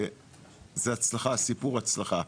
וזה סיפור הצלחה.